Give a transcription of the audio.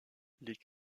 les